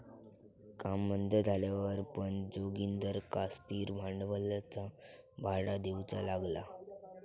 काम बंद झाल्यावर पण जोगिंदरका स्थिर भांडवलाचा भाडा देऊचा लागला